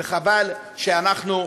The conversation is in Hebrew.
וחבל שאנחנו,